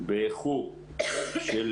באיחור של